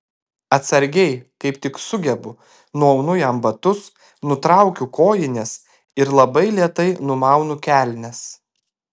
atsargiai kaip tik sugebu nuaunu jam batus nutraukiu kojines ir labai lėtai numaunu kelnes